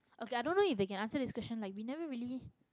okay I don't know if they can answer this question like we never really